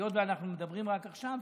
היות שאנחנו מדברים עכשיו,